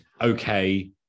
Okay